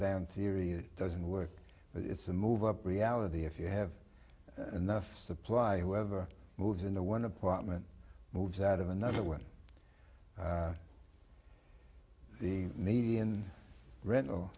down theory doesn't work it's a move up reality if you have enough supply whoever moves in the one apartment moves out of another where the median rental